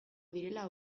direla